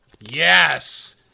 Yes